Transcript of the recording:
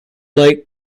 like